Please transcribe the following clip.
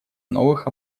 новых